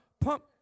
pump